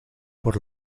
por